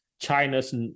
China's